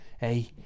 Hey